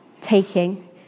taking